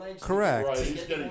Correct